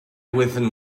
within